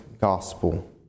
gospel